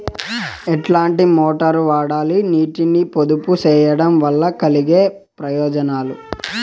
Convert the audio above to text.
ఎట్లాంటి మోటారు వాడాలి, నీటిని పొదుపు సేయడం వల్ల కలిగే ప్రయోజనాలు?